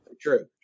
true